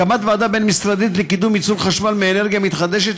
2. הקמת ועדה בין-משרדית לקידום ייצור חשמל מאנרגיה מתחדשת,